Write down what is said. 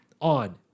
on